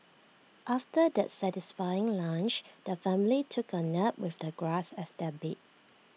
after their satisfying lunch the family took A nap with the grass as their bed